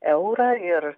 eurą ir